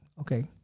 okay